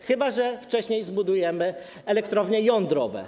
Chyba że wcześniej zbudujemy elektrownie jądrowe.